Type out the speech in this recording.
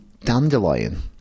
Dandelion